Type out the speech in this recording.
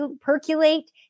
percolate